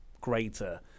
greater